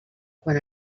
quan